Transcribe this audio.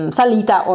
salita